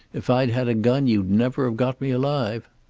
if i'd had a gun you'd never have got me alive.